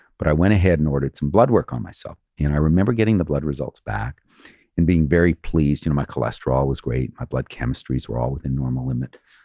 but i went ahead and ordered some blood work on myself and i remember getting the blood results back and being very pleased. you know my cholesterol was great, my blood chemistries were all within normal limits,